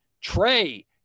Trey